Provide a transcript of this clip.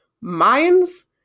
mines